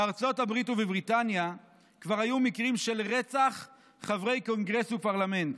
בארצות הברית ובבריטניה כבר היו מקרים של רצח חברי קונגרס ופרלמנט.